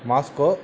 Moscow